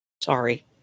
Sorry